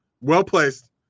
well-placed